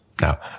Now